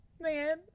man